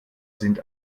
sind